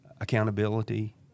accountability